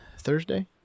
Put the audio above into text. Thursday